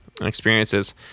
experiences